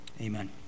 Amen